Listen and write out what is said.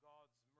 God's